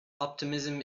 optimism